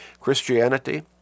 Christianity